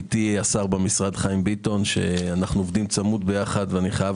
איתי במשרד חיים ביטון שאנו עובדים צמוד יחד ואני חייב